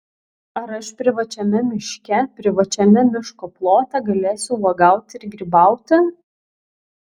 ar aš privačiame miške privačiame miško plote galėsiu uogauti ir grybauti